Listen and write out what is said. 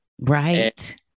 Right